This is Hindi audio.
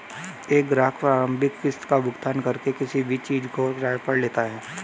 एक ग्राहक प्रारंभिक किस्त का भुगतान करके किसी भी चीज़ को किराये पर लेता है